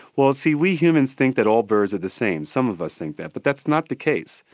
well, see we humans think that all birds are the same. some of us think that but that's not the case.